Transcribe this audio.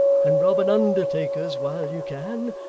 and rob an undertaker's while you can!